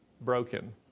broken